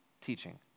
teaching